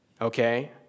okay